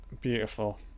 Beautiful